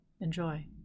Enjoy